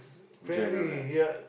generous